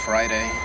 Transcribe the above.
Friday